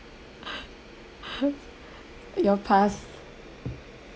your past